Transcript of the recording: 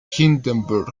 hindenburg